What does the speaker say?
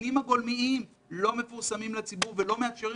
הנתונים הגולמיים לא מפורסמים לציבור ולא מאפשרים